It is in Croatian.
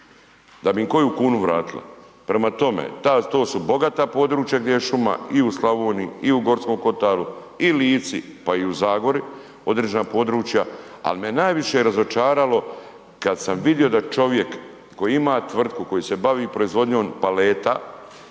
država koju kunu im vratila. Prema tome, to su bogata područja gdje je šuma i u Slavoniji i u Gorskom kotaru i u Lici, pa i u Zagori određena područja, ali me najviše razočaralo kada sam vidio da čovjek koji ima tvrtku koji se bavi proizvodnjom paleta,